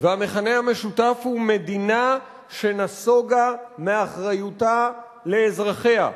והמכנה המשותף הוא מדינה שנסוגה מאחריותה לאזרחיה.